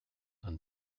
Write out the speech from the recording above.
and